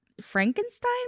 Frankenstein